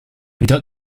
without